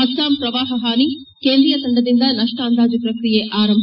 ಅಸ್ಸಾಂ ಪ್ರವಾಹ ಹಾನಿ ಕೇಂದ್ರೀಯ ತಂಡದಿಂದ ನಷ್ಷ ಅಂದಾಜು ಪ್ರಕ್ರಿಯೆ ಆರಂಭ